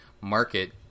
market